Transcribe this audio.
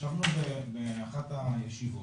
ישבנו באחת הישיבות,